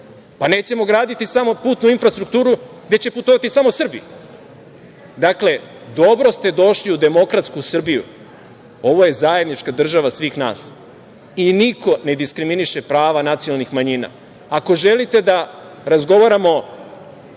pa, nećemo graditi samo putnu infrastrukturu gde će putovati samo Srbi. Dakle, dobro ste došli u demokratsku Srbiju. Ovo je zajednička država svih nas i niko ne diskriminiše prava nacionalnih manjina. Ako želite da razgovaramo